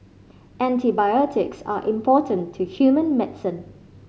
antibiotics are important to human medicine